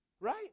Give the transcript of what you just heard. Right